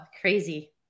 Crazy